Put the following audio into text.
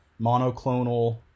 monoclonal